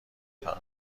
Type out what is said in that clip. فقط